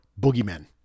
boogeymen